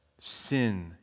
sin